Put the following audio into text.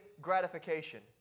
gratification